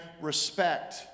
respect